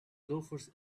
loafers